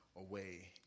away